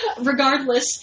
Regardless